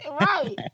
right